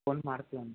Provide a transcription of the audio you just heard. phone ಮಾಡ್ತಿವಿ